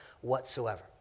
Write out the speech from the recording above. whatsoever